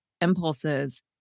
impulses